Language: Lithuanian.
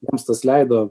mums tas leido